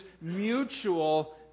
mutual